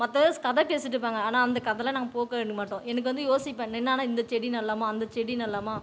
மற்ற ஸ் கதை பேசிட்டிருப்பாங்க ஆனால் அந்த கதைலாம் நாங்கள் மாட்டோம் எனக்கு வந்து யோசிப்பேன் நின்றான்னா இந்த செடி நடலாமா அந்த செடி நடலாமா